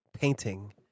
painting